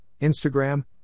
Instagram